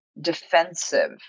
defensive